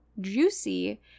juicy